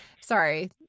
Sorry